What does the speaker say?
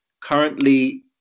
Currently